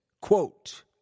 quote